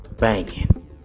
banging